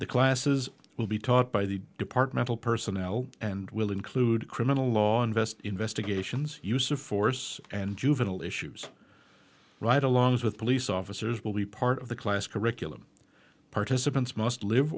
the classes will be taught by the departmental personnel and will include criminal law invest investigations use of force and juvenile issues right along with police officers will be part of the class curriculum participants must live